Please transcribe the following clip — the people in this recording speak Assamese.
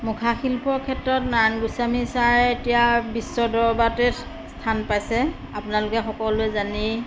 মুখা শিল্পৰ ক্ষেত্ৰত নাৰায়ণ গোস্বামী ছাৰে এতিয়া বিশ্ব দৰবাৰতে স্থান পাইছে আপোনালোকে সকলোৱে জানেই